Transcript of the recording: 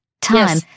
time